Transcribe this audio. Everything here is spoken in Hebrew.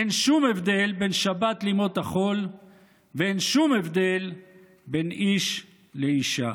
אין שום הבדל בין שבת לבין ימות החול ואין שום הבדל בין איש לאישה.